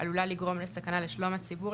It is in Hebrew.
עלולה לגרום לסכנה לשלום הציבור,